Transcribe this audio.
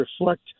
reflect